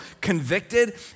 convicted